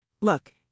Look